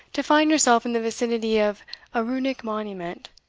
to find yourself in the vicinity of a runic monument,